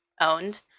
owned